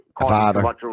father